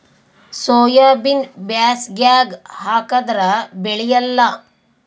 ಸೋಯಾಬಿನ ಬ್ಯಾಸಗ್ಯಾಗ ಹಾಕದರ ಬೆಳಿಯಲ್ಲಾ?